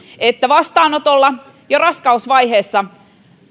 että vastaanotolla ja raskausvaiheessa